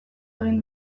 egin